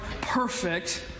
perfect